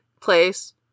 place